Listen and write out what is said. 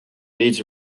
leads